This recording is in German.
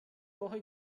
woche